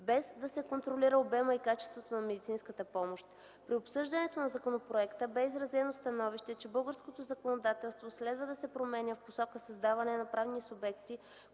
без да се контролират обемът и качеството на медицинската помощ. При обсъждането на законопроекта бе изразено становище, че българското законодателството следва да се променя в посока създаване на правни субекти,